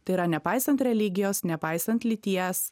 tai yra nepaisant religijos nepaisant lyties